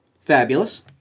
Fabulous